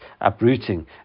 uprooting